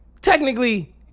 technically